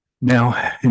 Now